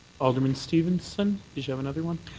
alderman stevenson? did you have another one?